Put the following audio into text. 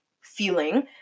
feeling